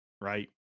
Right